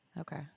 Okay